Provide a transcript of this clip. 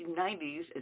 1990s